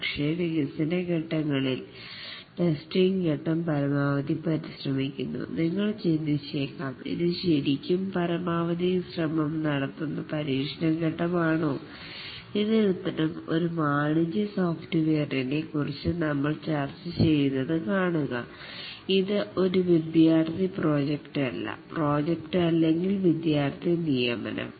പക്ഷേ വികസന ഘട്ടങ്ങൾഇൽ ടെസ്റ്റിംഗ് ഘട്ടം പരമാവധി പരിശ്രമിക്കുന്നു നിങ്ങൾ ചിന്തിച്ചേക്കാം ഇത് ശരിക്കും പരമാവധി ശ്രമം നടത്തുന്ന പരീക്ഷണഘട്ടം ആണോ ഇതിനുത്തരം ഒരു വാണിജ്യ സോഫ്റ്റ്വെയറിനെ കുറിച്ച് നമ്മൾ ചർച്ച ചെയ്യുന്നത് കാണുക ഇത് ഒരു വിദ്യാർത്ഥി പ്രോജക്ട് അല്ല പ്രൊജക്റ്റ് അല്ലെങ്കിൽ വിദ്യാർത്ഥി നിയമനം